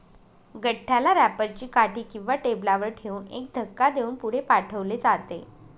गठ्ठ्याला रॅपर ची काठी किंवा टेबलावर ठेवून एक धक्का देऊन पुढे पाठवले जाते